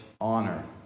honor